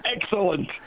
Excellent